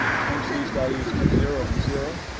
change these values to zero and zero.